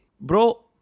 Bro